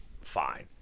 fine